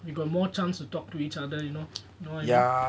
we got more chance to talk to each other you know you know what I mean